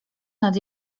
nad